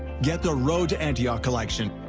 get the road to antioch collection,